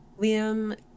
Liam